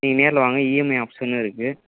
நீங்கள் நேரில் வாங்க இஎம்ஐ ஆப்ஷன்னும் இருக்குது